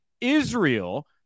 Israel